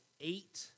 eight